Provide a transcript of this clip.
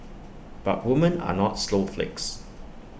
but women are not snowflakes